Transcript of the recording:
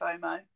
FOMO